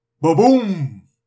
Ba-boom